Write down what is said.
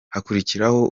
hakurikiraho